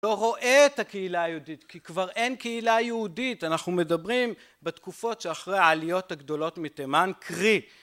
לא רואה את הקהילה היהודית, כי כבר אין קהילה יהודית, אנחנו מדברים בתקופות שאחרי העליות הגדולות מתימן, קרי